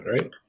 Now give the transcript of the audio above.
right